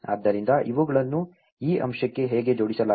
ಆದ್ದರಿಂದ ಇವುಗಳನ್ನು ಈ ಅಂಶಕ್ಕೆ ಹೇಗೆ ಜೋಡಿಸಲಾಗಿದೆ